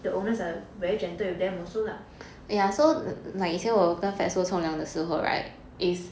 the owners are very gentle with them also lah